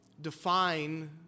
define